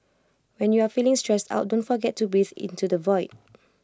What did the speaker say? when you are feeling stressed out don't forget to breathe into the void